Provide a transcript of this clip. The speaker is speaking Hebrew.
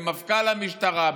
במפכ"ל המשטרה,